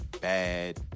bad